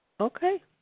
Okay